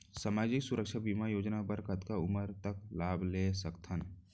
सामाजिक सुरक्षा बीमा योजना बर कतका उमर तक लाभ ले सकथन?